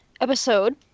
episode